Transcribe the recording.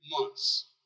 months